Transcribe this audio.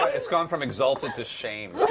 ah it's gone from exalted to shamed.